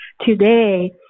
today